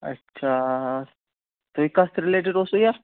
اَچھا تُہۍ کَتھ رِلیٹِڈ اوسوٕ یہِ